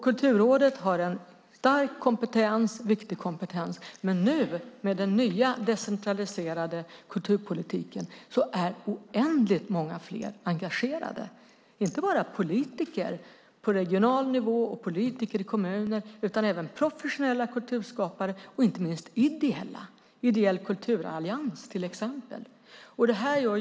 Kulturrådet har en viktig kompetens, men i och med den nya decentraliserade kulturpolitiken är oändligt många fler engagerade. Det är inte bara politiker på regional nivå och i kommuner utan även professionella kulturskapare och inte minst ideella kulturskapare, till exempel Ideell kulturallians.